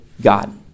God